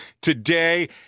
Today